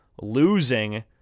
losing